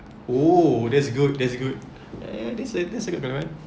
oh that's good that's good ah uh this is a good one